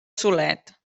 solet